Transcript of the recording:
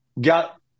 Got